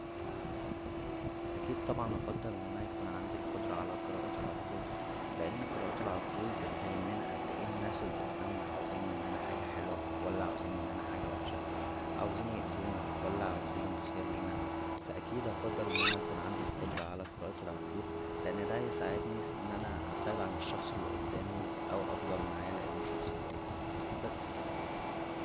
اكيد طبعا هفضل ان انا يكون عندى القدرة على قراءة العقول لان قراءة العقول بتبينلنا قد ايه الناس اللى قدامنا عايزين مننا حاجه حلوه ولا عاوزين مننا حاجه وحشه عاوزين ياذونا ولا عاوزين الخير لينا فا اكيد هفضل ان انا يكون عندى القدره على قراءة العقول لان دا هيساعدنى ف ان انا ابتعد عن الشخص اللى قدامى او افضل معاه لانه شخص كويس بس كدا